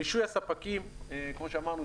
רישוי הספקים כמו שאמרנו,